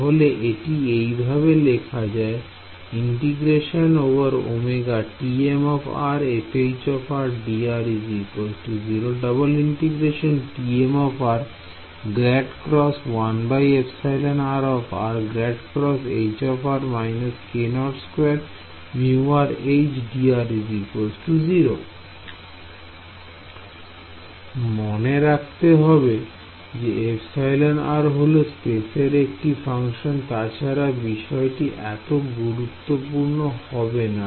তাহলে এটি এইভাবে লেখা যায় মনে রাখতে হবে যে εr হল স্পেসের একটি ফাংশন তাছাড়া বিষয়টি এত গুরুত্বপূর্ণ হবে না